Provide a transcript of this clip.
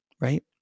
Right